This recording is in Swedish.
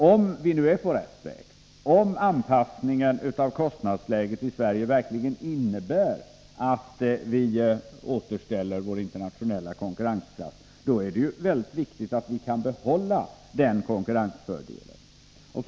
Om vi nu är på rätt väg, om anpassningen av kostnadsläget i Sverige verkligen innebär att vi återställer vår internationella konkurrenskraft, är det mycket viktigt att vi kan behålla den konkurrensfördelen.